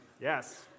Yes